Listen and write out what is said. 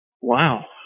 Wow